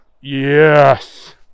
Yes